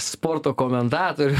sporto komentatorių